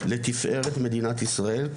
לתפארת מדינת ישראל,